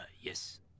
Yes